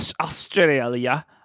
Australia